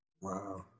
Wow